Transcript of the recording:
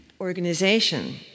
Organization